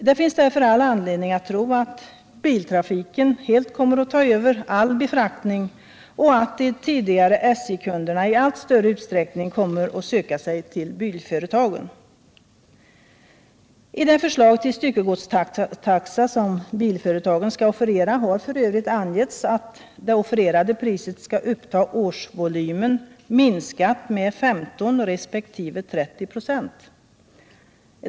Det finns därför anledning att tro att biltrafiken helt tar över all befraktning och att de tidigare SJ-kunderna i allt större utsträckning kommer att söka sig till bilföretagen. I det förslag till styckegodstaxa, enligt vilket bilföretagen skall offerera, har f. ö. angetts att det offererade priset skall uppta årsvolymen minskad med 15 resp. 30 96.